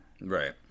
Right